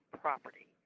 property